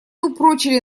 упрочили